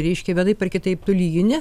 reiškia vienaip ar kitaip tu lygini